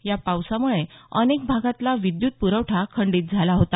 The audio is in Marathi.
या पावसामुळे अनेक भागातला विद्युत पुरवठा खंडीत झाला होता